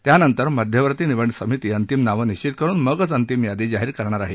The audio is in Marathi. त्यानंतर मध्यवर्ती निवड समिती अंतिम नावं निश्चित करुन मगच अंतिम यादी जाहीर करणार आहे